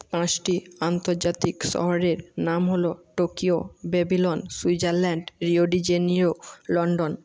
পাঁচটি আন্তজাতিক শহরের নাম হল Tokyo Babylon Switzerland Rio de Janeiro London